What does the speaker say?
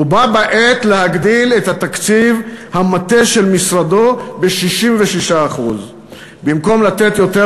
ובה בעת להגדיל את תקציב המטה של משרדו ב-66%; במקום לתת יותר